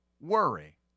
worry